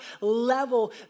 level